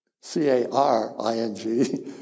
C-A-R-I-N-G